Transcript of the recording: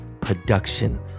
production